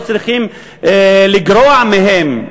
לא צריכים לגרוע מהם,